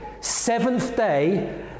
seventh-day